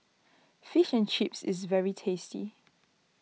Fish and Chips is very tasty